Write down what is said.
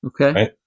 Okay